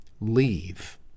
Leave